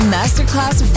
Masterclass